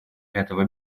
этого